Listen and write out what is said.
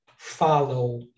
follow